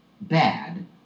bad